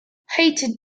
heated